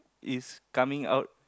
is coming out